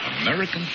American